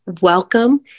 Welcome